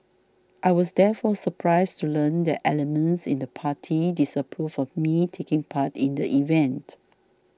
I was therefore surprised to learn that elements in the party disapproved of me taking part in the event